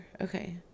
Okay